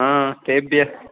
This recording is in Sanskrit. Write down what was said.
हा तेभ्यः